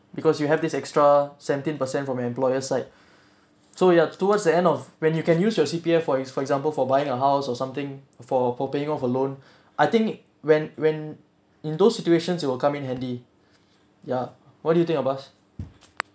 because you have this extra seventeen percent from your employer side so you are towards the end of when you can use your C_P_F for for example for buying a house or something for for paying off a loan I think when when in those situations you will come in handy ya what do you think of bass